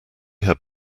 had